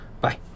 Bye